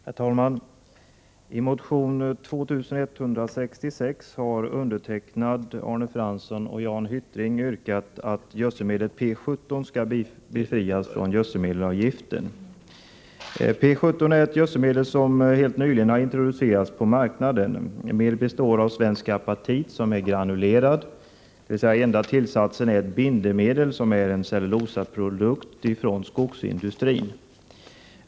Herr talman! I motion 2166 har jag, Arne Fransson och Jan Hyttring yrkat att gödselmedlet P 17 skall befrias från gödselmedelsavgiften. P 17 är ett gödselmedel som helt nyligen har introducerats på marknaden. Medlet består av svensk apatit som är granulerad. Enda tillsatsen är ett bindemedel som är en cellulosaprodukt från skogsindustrin.